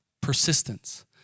persistence